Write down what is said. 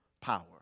power